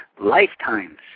lifetimes